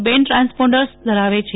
band transponders ધરાવે છે